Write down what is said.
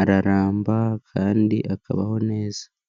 araramba kandi akabaho neza.